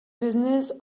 business